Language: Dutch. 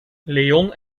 leon